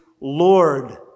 Lord